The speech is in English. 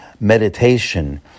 meditation